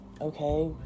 Okay